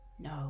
No